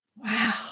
Wow